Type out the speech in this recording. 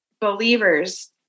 believers